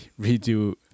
redo